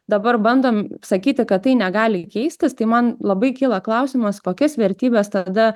dabar bandom sakyti kad tai negali keistis tai man labai kyla klausimas kokias vertybes tada